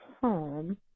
home